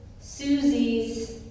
Susie's